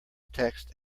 text